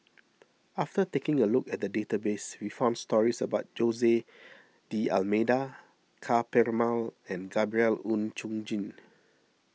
after taking a look at the database we found stories about Jose D'Almeida Ka Perumal and Gabriel Oon Chong Jin